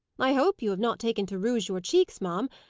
i hope you have not taken to rouge your cheeks, ma'am,